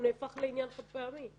הוא נהפך לעניין חד-פעמי.